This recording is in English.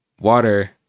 water